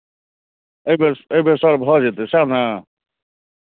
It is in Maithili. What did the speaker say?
एहि बेर स् एहि बेर सर भऽ जेतै सएह ने